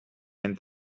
and